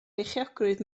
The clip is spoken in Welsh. beichiogrwydd